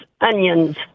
onions